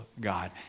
God